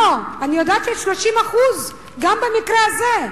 לא, אני יודעת שיש 30% גם במקרה הזה.